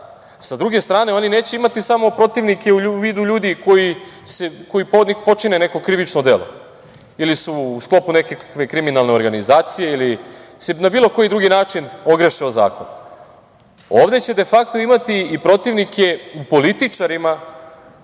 Sa druge strane oni neće imati samo protivnike u vidu ljudi koji počine neko krivično delo ili u sklopu neke kriminalne organizacije ili na bilo koji drugi način ogreše o zakon. Ovde će de fakto imati i protivnike u političarima